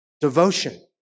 devotion